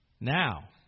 Now